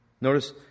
Notice